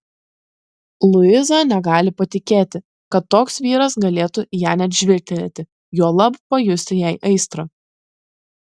luiza negali patikėti kad toks vyras galėtų į ją net žvilgtelėti juolab pajusti jai aistrą